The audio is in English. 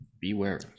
beware